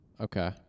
Okay